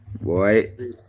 Boy